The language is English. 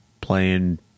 playing